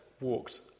walked